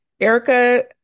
Erica